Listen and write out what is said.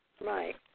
Right